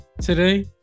today